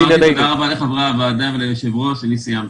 תודה רבה לחברי הוועדה וליושב-ראש, אני סיימתי.